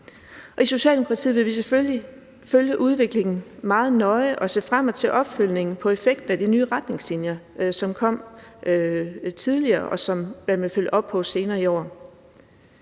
I Socialdemokratiet vil vi selvfølgelig følge udviklingen meget nøje og se frem til opfølgningen på effekten af de nye retningslinjer, som kom tidligere, og som der skal følges op på senere i år.